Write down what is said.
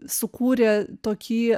sukūrė tokį